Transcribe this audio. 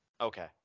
Okay